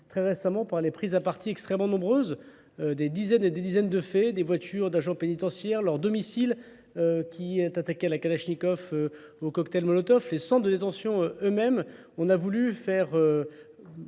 très récemment par les prises à parties extrêmement nombreuses, des dizaines et des dizaines de faits, des voitures d'agents pénitentiaires, leur domicile qui est attaqué à la Kalachnikov au cocktail Molotov, les centres de détention eux-mêmes. On a voulu faire